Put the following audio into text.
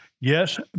yes